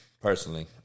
personally